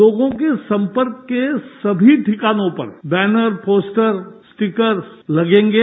लोगों के संपर्क के सभी ठिकानों पर बैनर पोस्टर स्टीकर्स लगेंगे